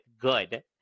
good